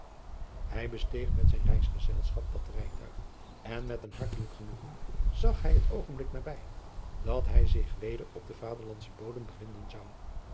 ij besteeg met zijn reisgezelschap dat rijtuig en met een hartelijk genoegen zag hij het oogenblik nabij dat hij zich weder op den vaderlandschen driaan